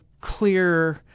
clear